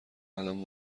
الان